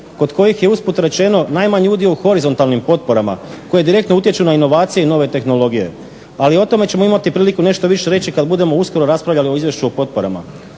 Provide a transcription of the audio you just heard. kod kojih je usput rečeno najmanji udio u horizontalnim potporama koje direktno utječu na inovacije i nove tehnologije. Ali o tome ćemo imati priliku nešto više reći kad budemo uskoro raspravljali o Izvješću o potporama.